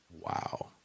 Wow